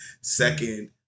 Second